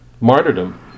martyrdom